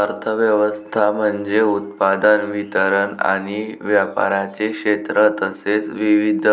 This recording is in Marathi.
अर्थ व्यवस्था म्हणजे उत्पादन, वितरण आणि व्यापाराचे क्षेत्र तसेच विविध